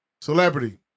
Celebrity